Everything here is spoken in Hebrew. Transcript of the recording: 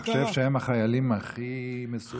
אני חושב שהם החיילים הכי מסורים.